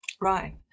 Right